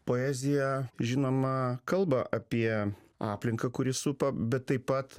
poezija žinoma kalba apie aplinką kuri supa bet taip pat